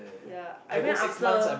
ya I went after